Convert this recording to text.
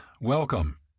Welcome